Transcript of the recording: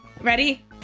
Ready